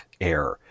air